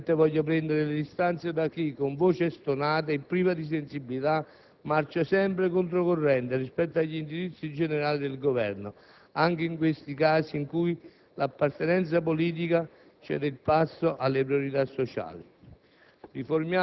Parallelamente, voglio prendere le distanze da chi, con voce stonata e priva di sensibilità, marcia sempre controcorrente rispetto agli indirizzi generali del Governo, anche in questi casi in cui l'appartenenza politica cede il passo alle priorità sociali.